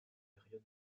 période